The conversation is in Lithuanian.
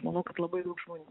manau kad labai daug žmonių